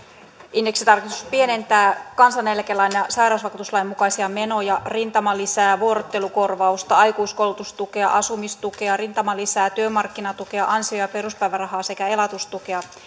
indeksitarkistus pienentää kansaneläkelain ja sairausvakuutuslain mukaisia menoja rintamalisää vuorottelukorvausta aikuiskoulutustukea asumistukea työmarkkinatukea ansio ja peruspäivärahaa sekä elatustukea